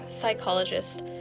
psychologist